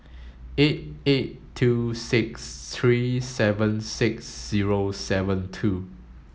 eight eight two six three seven six zero seven two